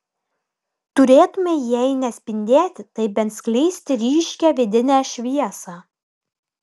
turėtumei jei ne spindėti tai bent skleisti ryškią vidinę šviesą